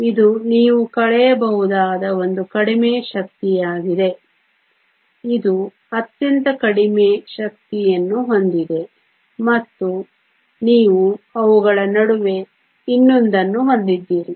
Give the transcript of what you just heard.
ಇದು ನೀವು ಕಳೆಯಬಹುದಾದ ಒಂದು ಕಡಿಮೆ ಶಕ್ತಿಯಾಗಿದೆ ಇದು ಅತ್ಯಂತ ಕಡಿಮೆ ಶಕ್ತಿಯನ್ನು ಹೊಂದಿದೆ ಮತ್ತು ನೀವು ಅವುಗಳ ನಡುವೆ ಇನ್ನೊಂದನ್ನು ಹೊಂದಿದ್ದೀರಿ